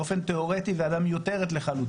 באופן תיאורטי הוועדה הזו היא למעשה ועדה מיותרת לחלוטין,